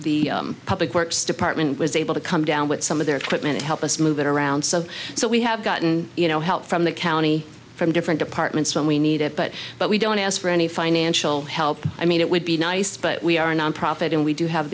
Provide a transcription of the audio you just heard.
the public works department was able to come down with some of their equipment to help us move it around so so we have gotten you know help from the county from different departments when we need it but but we don't ask for any financial help i mean it would be nice but we are nonprofit and we do have